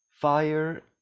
fire